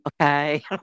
okay